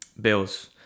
Bills